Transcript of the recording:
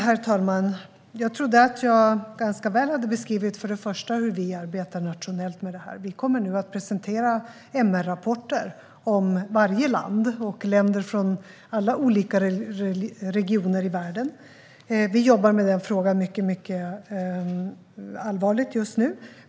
Herr talman! Jag trodde att jag ganska väl hade beskrivit hur vi arbetar nationellt med detta. Vi kommer nu att presentera MR-rapporter om varje land och länder från alla olika regioner i världen. Vi jobbar mycket allvarligt med den frågan just nu.